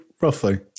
roughly